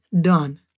done